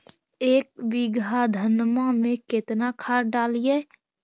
एक बीघा धन्मा में केतना खाद डालिए?